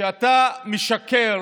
כשאתה משקר